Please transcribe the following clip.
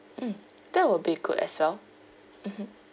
mm that will be good as well mmhmm